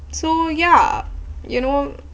so ya you know